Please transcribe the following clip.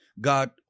God